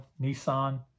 Nissan